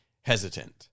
hesitant